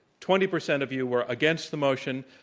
twenty percent of you were against the motion,